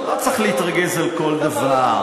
לא צריך להתרגז על כל דבר.